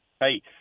Hey